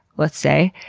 let's say,